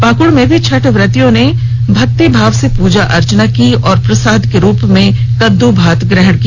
पाकुड़ में भी छठ व्रतियों ने भक्तिभाव से पूजा अर्चना की और प्रसाद के रूप में कद्द् भात ग्रहण किया